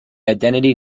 identity